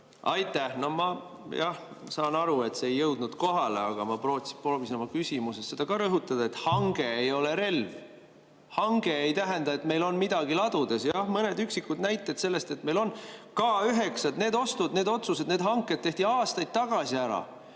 Aitäh! No ma, jah, saan aru, et see ei jõudnud kohale, aga ma proovisin oma küsimuses seda ka rõhutada, et hange ei ole relv. Hange ei tähenda, et meil on midagi ladudes. Jah, on mõned üksikud näited sellest, et meil on. K9-d, need ostud, need otsused, need hanked tehti aastaid tagasi ära.